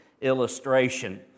illustration